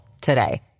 today